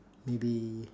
maybe